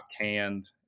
canned